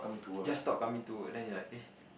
just stop coming to work then you like eh